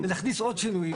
להכניס עוד שינויים.